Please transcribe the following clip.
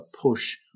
push